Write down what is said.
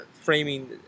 framing